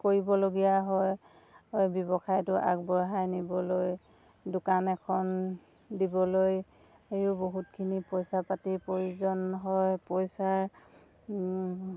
কৰিবলগীয়া হয় ব্যৱসায়টো আগবঢ়াই নিবলৈ দোকান এখন দিবলৈয়ো বহুতখিনি পইচা পাতিৰ প্ৰয়োজন হয় পইচাৰ